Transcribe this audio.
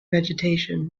vegetation